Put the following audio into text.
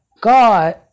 God